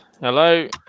hello